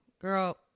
girl